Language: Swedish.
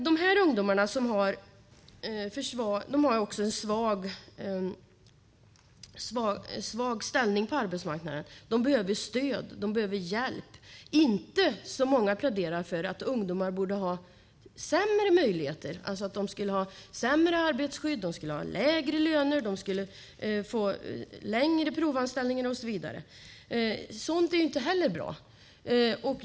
De här ungdomarna har en svag ställning på arbetsmarknaden. De behöver stöd, de behöver hjälp och inte, som många pläderar för, sämre möjligheter, sämre arbetsskydd, lägre löner, längre provanställning och så vidare. Sådant är inte heller bra.